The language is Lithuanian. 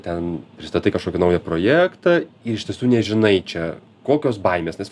ten pristatai kažkokį naują projektą ir iš tiesų nežinai čia kokios baimės nes